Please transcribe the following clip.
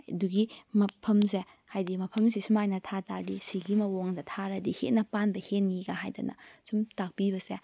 ꯑꯗꯨꯒꯤ ꯃꯐꯝꯁꯦ ꯍꯥꯏꯗꯤ ꯃꯐꯝꯁꯦ ꯁꯨꯃꯥꯏꯅ ꯊꯥ ꯇꯥꯔꯗꯤ ꯁꯤꯒꯤ ꯃꯑꯣꯡꯗ ꯊꯥꯔꯗꯤ ꯍꯦꯟꯅ ꯄꯥꯟꯕ ꯍꯦꯟꯅꯤꯒ ꯍꯥꯏꯗꯅ ꯁꯨꯝ ꯇꯥꯛꯄꯤꯕꯁꯦ